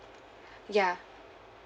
ya